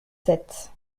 sept